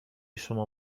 شما